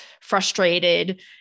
frustrated